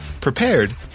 prepared